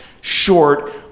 short